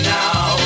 now